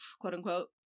quote-unquote